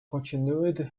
continued